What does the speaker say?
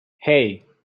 hey